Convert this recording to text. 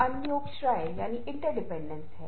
एक पाठ जो भयानक है डरावना है